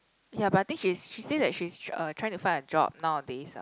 ya but I think she's she say that she's uh trying to find a job nowadays ah